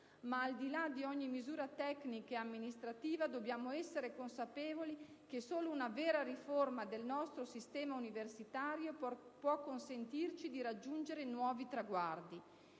Ma al di là di ogni misura tecnica e amministrativa, dobbiamo essere consapevoli che solo una vera riforma del nostro sistema universitario può consentirci di raggiungere nuovi traguardi.